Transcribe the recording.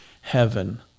heaven